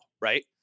Right